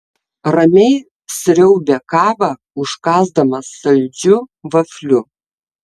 ramiai sriaubė kavą užkąsdamas saldžiu vafliu